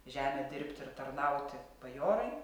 žemę dirbti ir tarnauti bajorai